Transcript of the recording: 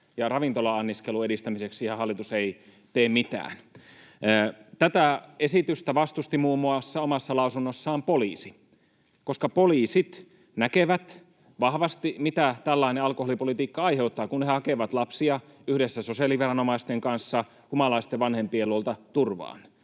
Ravintola-anniskelun edistämiseksihän hallitus ei tee mitään. Tätä esitystä vastusti omassa lausunnossaan muun muassa poliisi, koska poliisit näkevät vahvasti, mitä tällainen alkoholipolitiikka aiheuttaa, kun he hakevat lapsia yhdessä sosiaaliviranomaisten kanssa humalaisten vanhempien luota turvaan.